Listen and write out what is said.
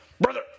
Brother